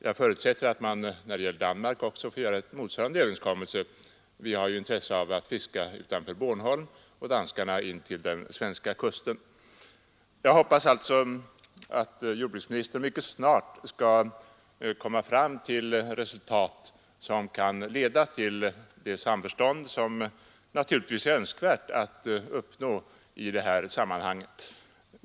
Jag förutsätter att man när det gäller Danmark också får träffa motsvarande överenskommelse i Östersjön. Vi har ju intresse av att fiska utanför Bornholm och danskarna intill den svenska kusten. Jag hoppas alltså att jordbruksministern mycket snart skall komma fram till resultat som kan leda till det samförstånd som naturligtvis är önskvärt att uppnå i detta sammanhang.